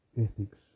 ethics